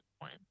point